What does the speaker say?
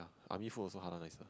army food also halal nice